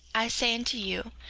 i say unto you,